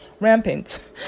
rampant